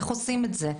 איך עושים את זה?